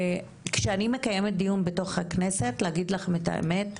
כשאני מקיימת דיון בתוך הכנסת, להגיד לכם את האמת,